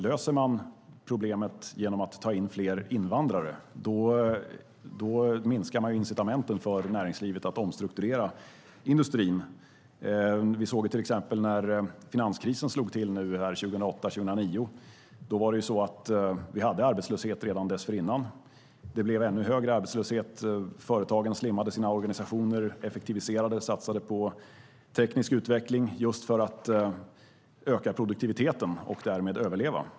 Löser man problemet genom att ta in fler invandrare minskar man incitamenten för näringslivet att omstrukturera industrin. Vi såg till exempel hur det var när finanskrisen slog till 2008-2009. Vi hade arbetslöshet redan dessförinnan. Det blev ännu högre arbetslöshet. Företagen slimmade sina organisationer, effektiviserade och satsade på teknisk utveckling just för att öka produktiviteten och därmed överleva.